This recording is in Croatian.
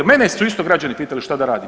Mene su isto građani pitali šta da radim.